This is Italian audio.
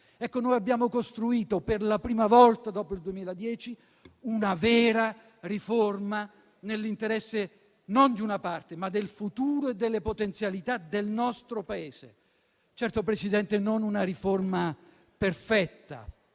Abbiamo costruito, per la prima volta dopo il 2010, una vera riforma, nell'interesse non di una parte, ma del futuro e delle potenzialità del nostro Paese. Certo, Presidente, non una riforma perfetta;